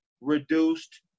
reduced